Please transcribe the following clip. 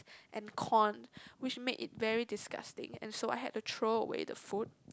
and corns which make it very disgusting and so I had to throw away the food